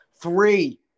Three